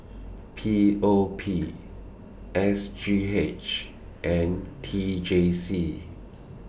P O P S G H and T J C